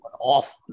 awful